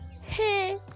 hey